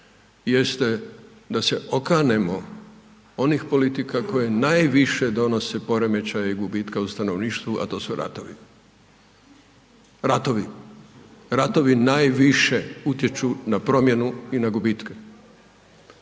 jeste da se okanemo onih politika koje najviše donose poremećaje gubitka u stanovništvu, a to su ratovi. Ratovi, ratovi najviše utječu na promjenu i na gubitke